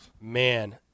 Man